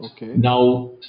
Now